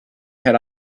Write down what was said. had